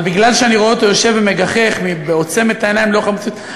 אבל מכיוון שאני רואה אותו יושב ומגחך ועוצם את העיניים לנוכח המציאות,